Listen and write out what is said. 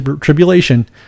tribulation